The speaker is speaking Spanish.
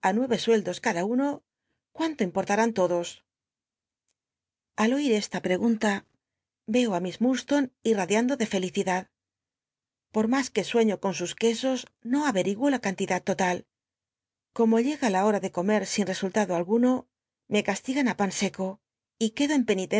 nuel'e sueldos cada uno cuanto imporllll in todos al oir esta pr'cgunla co á miss llurdstonc iracliando de fel icidad por mas que suciío con sus c uc os no a'eiguo la canl idad tota l como llega la hom de come sin esullado alguno me castigan a pan seco yquedo en